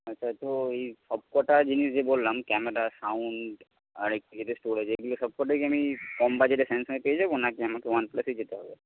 আচ্ছা তো ওই সব কটা জিনিস যে বললাম ক্যামেরা সাউন্ড আর একটা যেটা স্টোরেজ এগুলো সব কটাই কম বাজেটে স্যামসংয়ে পেয়ে যাবো নাকি আমাকে ওয়ান প্লাসেই যেতে হবে